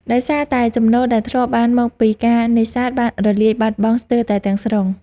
ដោយសារតែចំណូលដែលធ្លាប់បានមកពីការនេសាទបានរលាយបាត់បង់ស្ទើរតែទាំងស្រុង។